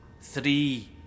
Three